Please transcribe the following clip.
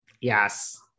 Yes